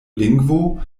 lingvo